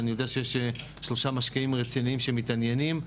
אני יודע שיש שלושה משקיעים רציניים שמתעניינים,